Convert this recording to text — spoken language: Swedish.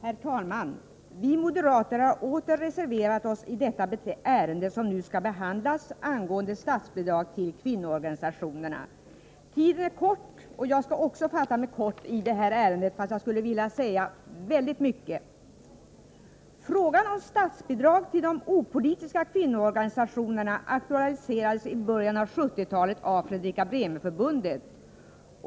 Herr talman! Vi moderater har åter reserverat oss i detta ärende, som gäller statsbidrag till kvinnoorganisationerna. Tiden är kort och jag skall fatta mig kort — fast jag skulle vilja säga väldigt mycket. Frågan om statsbidrag till de opolitiska kvinnoorganisationerna aktualiserades i början av 1970-talet av Fredrika Bremer-förbundet.